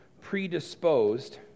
predisposed